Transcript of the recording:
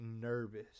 nervous